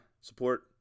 support